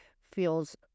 feels